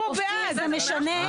עובדים פה בוקר ולילה בשביל בן גביר,